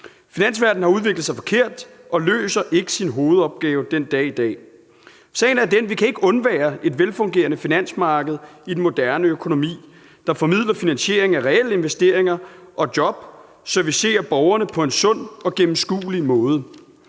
Finansverdenen har udviklet sig forkert og løser ikke sin hovedopgave den dag i dag. Sagen er den, at vi ikke kan undvære et velfungerende finansmarked i den moderne økonomi, der formidler finansiering af reelle investeringer og job og servicerer borgerne på en sund og gennemskuelig måde.